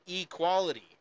equality